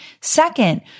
Second